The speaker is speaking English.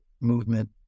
movement